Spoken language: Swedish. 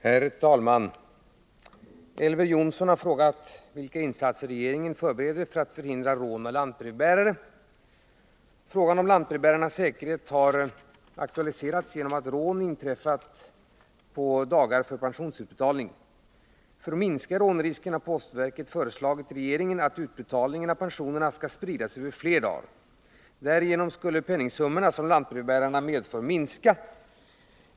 Herr talman! Elver Jonsson har frågat vilka insatser regeringen förbereder för att förhindra rån av lantbrevbärare. Frågan om lantbrevbärarnas säkerhet har aktualiserats genom att rån inträffat på pensionsutbetalningsdagar. För att minska rånrisken har postverket föreslagit regeringen att utbetalningen av folkpensionerna skall spridas över flera dagar. Därigenom skulle de penningsummor som lantbrevbärarna medför minska.